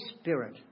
Spirit